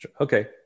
Okay